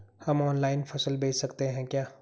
हम ऑनलाइन फसल बेच सकते हैं क्या?